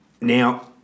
Now